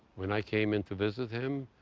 when i came in to visit him,